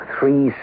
Three